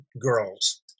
girls